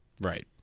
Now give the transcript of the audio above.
Right